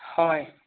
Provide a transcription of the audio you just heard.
ꯍꯣꯏ